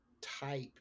type